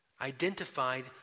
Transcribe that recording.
identified